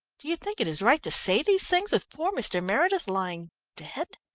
do you think it is right to say these things, with poor mr. meredith lying dead?